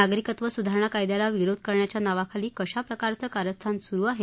नागरिकत्व सुधारणा कायद्याला विरोध करण्याच्या नावाखाली कशा प्रकारचे कारस्थान सुरु आहे